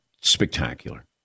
spectacular